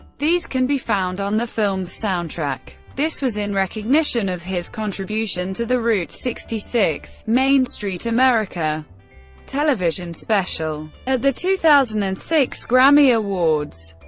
these can be found on the film's soundtrack. this was in recognition of his contribution to the route sixty six main street america television special. at the two thousand and six grammy awards,